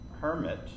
hermit